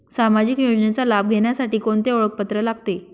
सामाजिक योजनेचा लाभ घेण्यासाठी कोणते ओळखपत्र लागते?